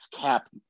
cap